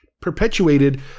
perpetuated